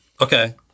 Okay